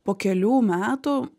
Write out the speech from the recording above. po kelių metų